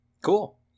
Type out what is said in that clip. Cool